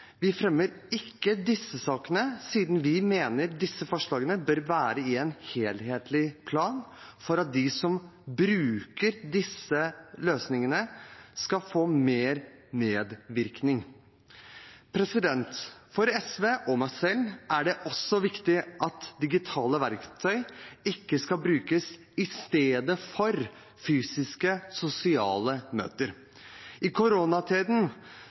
Vi fremmer ikke disse sakene, siden vi mener disse forslagene bør være i en helhetlig plan for at de som bruker disse løsningene, skal få mer medvirkning. For SV, og meg selv, er det også viktig at digitale verktøy ikke skal brukes i stedet for fysiske sosiale møter. I